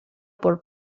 por